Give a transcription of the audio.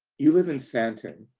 you live in sandton,